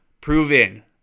Proven